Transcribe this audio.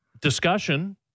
discussion